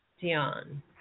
Dion